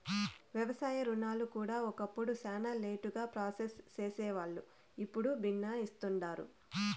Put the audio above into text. వ్యవసాయ రుణాలు కూడా ఒకప్పుడు శానా లేటుగా ప్రాసెస్ సేసేవాల్లు, ఇప్పుడు బిన్నే ఇస్తుండారు